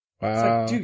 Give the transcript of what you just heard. Wow